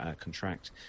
contract